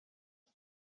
com